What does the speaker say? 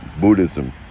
Buddhism